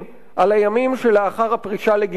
על הימים שלאחר הפרישה לגמלאות,